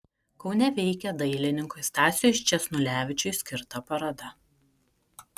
kaune veikia dailininkui stasiui sčesnulevičiui skirta paroda